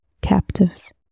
captives